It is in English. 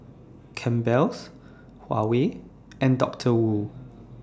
Campbell's Huawei and Doctor Wu